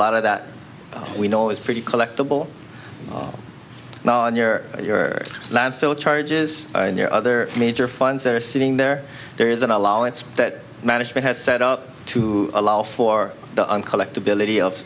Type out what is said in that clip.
lot of that we know is pretty collectable now on your your landfill charges and your other major funds that are sitting there there is an allowance that management has set up to allow for the on collectibility of